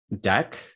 deck